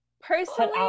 Personally